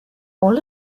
all